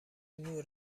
نور